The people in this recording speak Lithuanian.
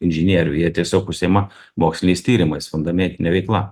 inžinierių jie tiesiog užsiima moksliniais tyrimais fundamentine veikla